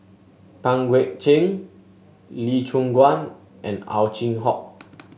Pang Guek Cheng Lee Choon Guan and Ow Chin Hock